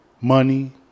money